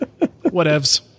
Whatevs